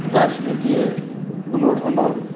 ৰাজনীতিয়ে কোনো ধৰণৰ